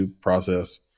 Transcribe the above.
process